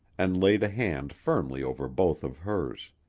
and laid a hand firmly over both of hers.